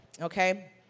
Okay